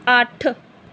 ਅੱਠ